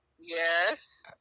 yes